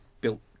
built